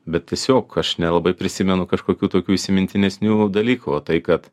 bet tiesiog aš nelabai prisimenu kažkokių tokių įsimintinesnių dalykų o tai kad